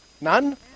None